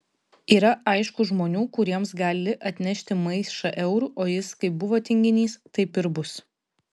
yra aišku žmonių kuriems gali atnešti maišą eurų o jis kaip buvo tinginys taip ir bus